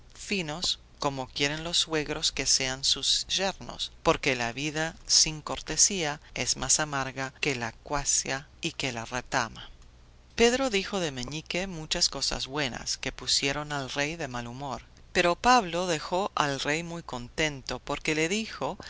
finos como quieren los suegros que sean sus yernos porque la vida sin cortesía es más amarga que la cuasia y que la retama pedro dijo de meñique muchas cosas buenas que pusieron al rey de mal humor pero pablo dejó al rey muy contento porque le dijo